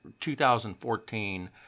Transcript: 2014